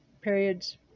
periods